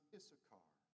Issachar